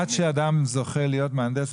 עד שאדם זוכה להיות מהנדס,